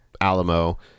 Alamo